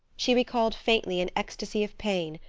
she recalled faintly an ecstasy of pain,